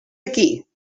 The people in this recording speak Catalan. aquí